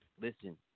Listen